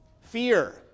fear